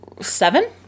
seven